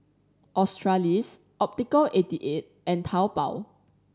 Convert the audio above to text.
Australis Optical Eighty Eight and Taobao